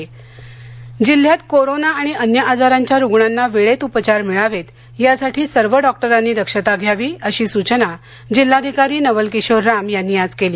कोरोन उपचार जिल्हाधिकारीसोमणी जिल्हयात कोरोना आणि अन्य आजाराच्या रुग्णांना वेळेत उपचार मिळावेत यासाठी सर्व डॉक्टरांनी दक्षता घ्यावी अशी सूचना जिल्हाधिकारी नवल किशोर राम यांनी आज केली